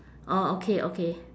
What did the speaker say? orh okay okay